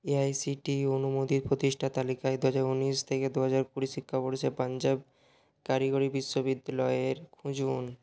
AICTE অনুমোদিত প্রতিষ্ঠা তালিকায় দু হাজার উনিশ থেকে দু হাজার কুড়ি শিক্ষাবর্ষে পাঞ্জাব কারিগরি বিশ্ববিদ্যালয়ের খুঁজুন